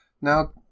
Now